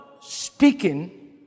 speaking